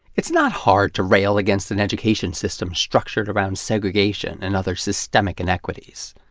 it's not hard to rail against an education system structured around segregation and other systemic inequities.